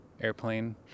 airplane